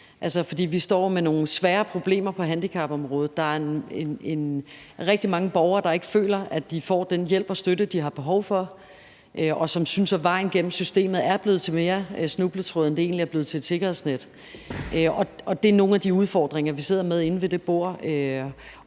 Vi står med nogle svære problemer på handicapområdet. Der er rigtig mange borgere, der ikke føler, at de får den hjælp og støtte, de har behov for, og som synes, at vejen gennem systemet er blevet mere snubletråde end et sikkerhedsnet. Og det er nogle af de udfordringer, vi sidder med inde ved det bord.